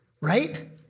right